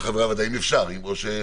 אפשר.